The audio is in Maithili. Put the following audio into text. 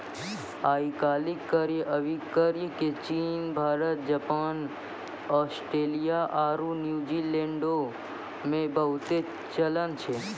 आइ काल्हि क्रय अभिक्रय के चीन, भारत, जापान, आस्ट्रेलिया आरु न्यूजीलैंडो मे बहुते चलन छै